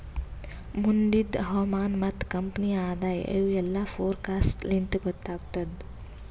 ಮುಂದಿಂದ್ ಹವಾಮಾನ ಮತ್ತ ಕಂಪನಿಯ ಆದಾಯ ಇವು ಎಲ್ಲಾ ಫೋರಕಾಸ್ಟ್ ಲಿಂತ್ ಗೊತ್ತಾಗತ್ತುದ್